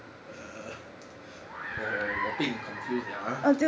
err 我我被你 confused 了 !huh!